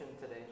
today